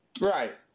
Right